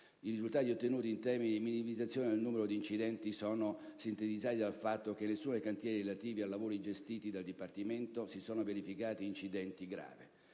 I risultati ottenuti in termini di minimizzazione del numero di incidenti sono sintetizzati dal fatto che in nessuno dei cantieri relativi a lavori gestiti dal Dipartimento si sono verificati incidenti gravi.